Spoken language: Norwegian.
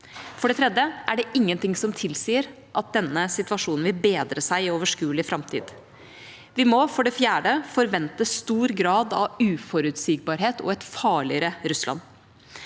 For det tredje er det ingenting som tilsier at denne situasjonen vil bedre seg i overskuelig framtid. Vi må for det fjerde forvente stor grad av uforutsigbarhet og et farligere Russland.